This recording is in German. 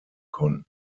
konnten